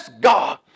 God